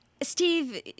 Steve